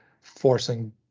forcing